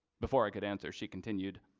before i could answer she continued.